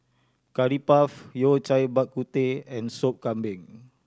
Curry Puff Yao Cai Bak Kut Teh and Sop Kambing